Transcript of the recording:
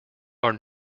are